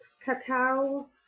cacao